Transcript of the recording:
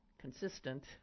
consistent